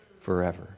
forever